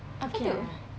apa tu